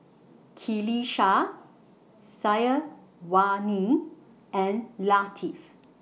Qalisha Syazwani and Latif